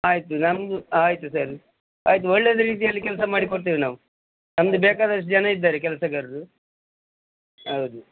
ಆಯ್ತು ನಮ್ಮದು ಆಯಿತು ಸರ್ ಆಯ್ತು ಒಳ್ಳೆ ರೀತಿಯಲ್ಲಿ ಕೆಲಸ ಮಾಡಿ ಕೊಡ್ತೇವೆ ನಾವು ನಮ್ದು ಬೇಕಾದಷ್ಟು ಜನ ಇದ್ದಾರೆ ಕೆಲ್ಸಗಾರ್ರು ಹೌದು